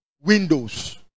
windows